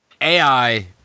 AI